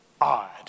odd